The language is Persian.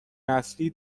نسلی